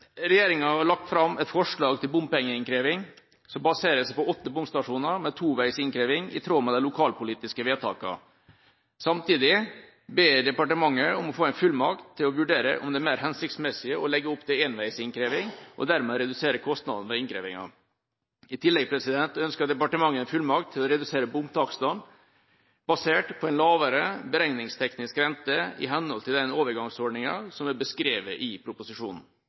Regjeringa har lagt fram et forslag til bompengeinnkreving som baserer seg på åtte bomstasjoner med toveis innkreving i tråd med de lokalpolitiske vedtakene. Samtidig ber departementet om å få en fullmakt til å vurdere om det er mer hensiktsmessig å legge opp til enveisinnkreving, og dermed redusere kostnadene ved innkrevingen. I tillegg ønsker departementet en fullmakt til å redusere bomtakstene basert på en lavere beregningsteknisk rente i henhold til den overgangsordningen som er beskrevet i proposisjonen.